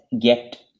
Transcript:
get